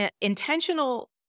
intentional